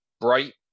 bright